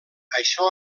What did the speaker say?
això